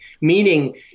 meaning